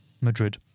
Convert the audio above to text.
Madrid